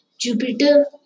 Jupiter